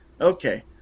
Okay